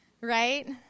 Right